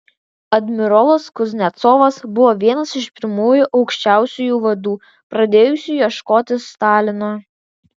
admirolas kuznecovas buvo vienas iš pirmųjų aukščiausiųjų vadų pradėjusių ieškoti stalino